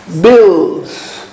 bills